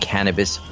Cannabis